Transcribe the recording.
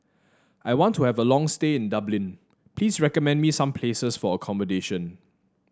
I want to have a long stay in Dublin please recommend me some places for accommodation